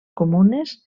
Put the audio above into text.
comunes